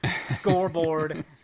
scoreboard